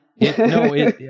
No